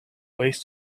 ways